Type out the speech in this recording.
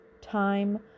time